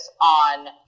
on